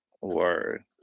word